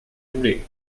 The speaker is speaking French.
voulais